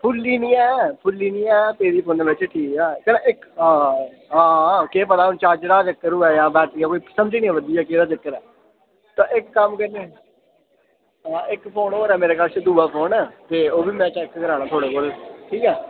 फुल्ली निं ऐ फुल्ली निं ऐ पेदी फोनै बिच ठीक ऐ चल इक हांआं हांआं केह् पता हून चार्जरे दा चक्कर होऐ जां बैटरिये कोई समझ निं आवै दी ऐ केह्दा चक्कर ऐ तां इक कम्म करने आं हां इक फोन होर ऐ मेरे कश दुआ फोन ते ओह्बी में चैक्क कराना थुआढ़े कोल ठीक ऐ